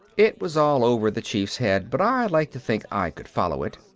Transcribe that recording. it was all over the chief's head, but i liked to think i could follow it.